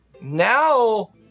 now